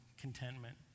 contentment